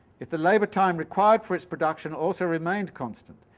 if the labour-time required for its production also remained constant.